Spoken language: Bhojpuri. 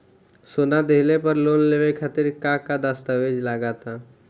सोना दिहले पर लोन लेवे खातिर का का दस्तावेज लागा ता?